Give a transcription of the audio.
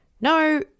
No